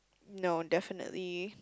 no definitely